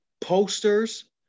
posters